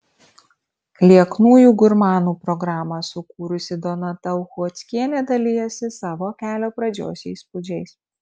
lieknųjų gurmanų programą sukūrusi donata uchockienė dalijasi savo kelio pradžios įspūdžiais